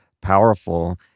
powerful